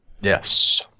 yes